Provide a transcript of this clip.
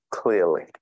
clearly